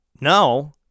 No